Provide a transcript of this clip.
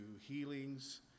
healings